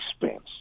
expense